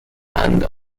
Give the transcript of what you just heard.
and